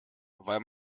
weil